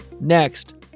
Next